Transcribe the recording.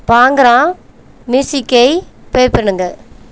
பாங்க்ரா மியூசிக்கைப் ப்ளே பண்ணுங்க